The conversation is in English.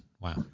Wow